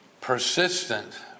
persistent